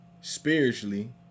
Spiritually